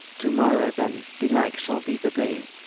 to morrow then belike shall be the day,